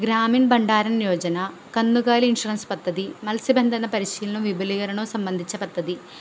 ഗ്രാമീൺ ഭണ്ഡാരം യോജന കന്നുകാലി ഇൻഷൂറൻസ് പദ്ധതി മത്സ്യ ബന്ദന പരിശീലനവും വിപുലീകരണവും സംബന്ധിച്ച പദ്ധതി